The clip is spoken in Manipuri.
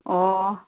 ꯑꯣ